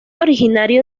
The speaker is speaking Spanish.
originario